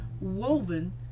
woven